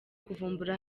kuvumbura